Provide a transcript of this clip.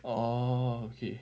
orh okay